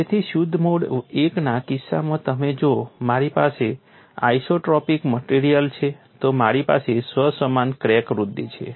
તેથી શુદ્ધ mode I ના કિસ્સામાં અને જો મારી પાસે આઇસોટ્રોપિક મટેરીઅલ છે તો મારી પાસે સ્વ સમાન ક્રેક વૃદ્ધિ છે